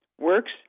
works